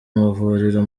amavuriro